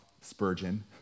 Spurgeon